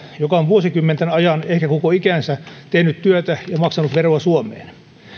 joka on vuosikymmenten ajan ehkä koko ikänsä tehnyt työtä ja maksanut veroa suomeen